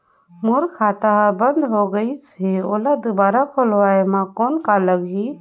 मोर खाता हर बंद हो गाईस है ओला दुबारा खोलवाय म कौन का लगही?